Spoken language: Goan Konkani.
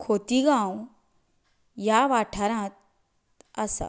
खोतिगांव ह्या वाठारांत आसा